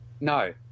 No